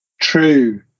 true